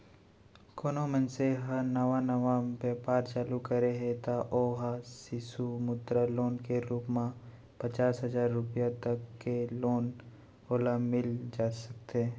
कोनो मनसे ह नवा नवा बेपार चालू करे हे त ओ ह सिसु मुद्रा लोन के रुप म पचास हजार रुपया तक के लोन ओला मिल सकथे